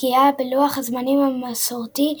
פגיעה בלוח הזמנים המסורתי,